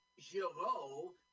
Giraud